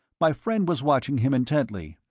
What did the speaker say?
my friend was watching him intently,